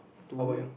to me